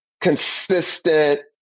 consistent